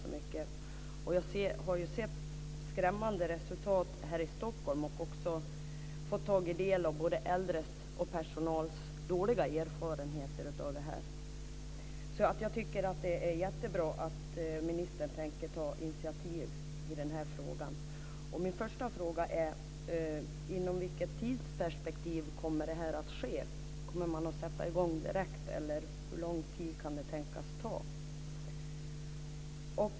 Jag har dock sett skrämmande resultat här i Stockholm och fått ta del av både äldres och personals dåliga erfarenheter av detta. Jag tycker därför att det är jättebra att ministern tänker ta initiativ i frågan. Min första fråga är: Inom vilket tidsperspektiv kommer det här att ske? Kommer man att sätta i gång direkt, eller hur lång tid kan det tänkas ta?